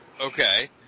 Okay